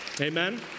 Amen